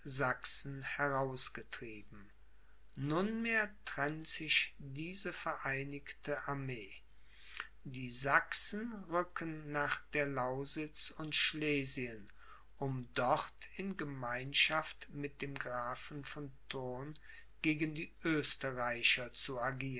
sachsen herausgetrieben nunmehr trennt sich diese vereinigte armee die sachsen rücken nach der lausitz und schlesien um dort in gemeinschaft mit dem grafen von thurn gegen die oesterreicher zu